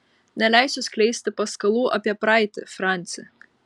neleisiu skleisti paskalų apie praeitį franci